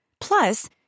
Plus